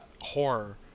horror